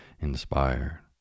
inspired